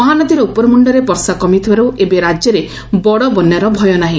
ମହାନଦୀର ଉପରମୁଖରେ ବର୍ଷା କମିଥିବାରୁ ଏବେ ରାଜ୍ୟରେ ବଡ଼ ବନ୍ୟା ଭୟ ନାହି